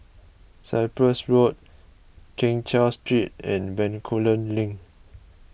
Cyprus Road Keng Cheow Street and Bencoolen Link